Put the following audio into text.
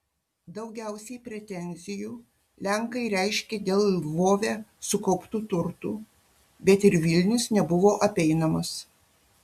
daugiausiai pretenzijų lenkai reiškė dėl lvove sukauptų turtų bet ir vilnius nebuvo apeinamas